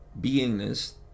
beingness